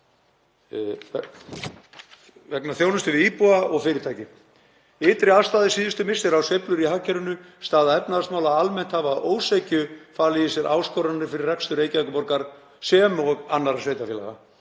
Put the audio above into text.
þjónustu við íbúa og fyrirtæki. Ytri aðstæður síðustu missera, sveiflur í hagkerfinu og staða efnahagsmála almennt hafa að ósekju falið í sér áskoranir fyrir rekstur Reykjavíkurborgar sem og annarra sveitarfélaga,